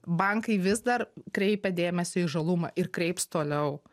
bankai vis dar kreipia dėmesį į žalumą ir kreips toliau